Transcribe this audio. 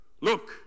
Look